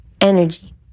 energy